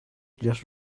just